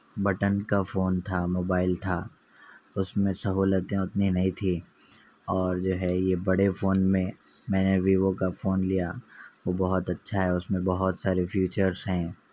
button کا phone تھا mobile تھا اس میں سہولتیں اتنی نہیں تھیں اور جو ہے یہ بڑے فون میں میں نے ویوو کا فون لیا وہ بہت اچھا ہے اس میں بہت سارے فیچرس ہیں